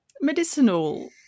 medicinal